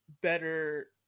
better